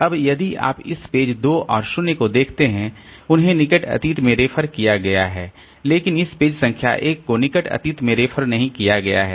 अब यदि आप इस पेज 2 और 0 को देखते हैं उन्हें निकट अतीत में रेफर किया गया है लेकिन इस पेज संख्या 1 को निकट अतीत में रेफर नहीं किया गया है